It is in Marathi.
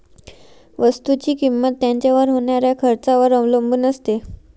वस्तुची किंमत त्याच्यावर होणाऱ्या खर्चावर अवलंबून असते